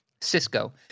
Cisco